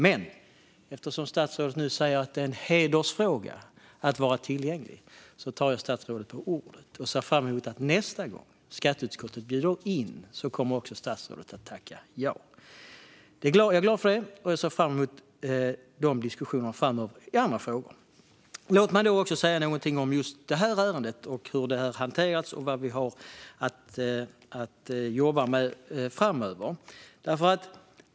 Men eftersom statsrådet nu säger att det är en hedersfråga att vara tillgänglig tar jag statsrådet på orden och ser fram emot att nästa gång skatteutskottet bjuder in kommer också statsrådet att tacka ja. Jag är glad för det och ser fram emot diskussioner framöver i andra frågor. Låt mig också säga något om just detta ärende, hur det hanterats och vad vi har att jobba med framöver.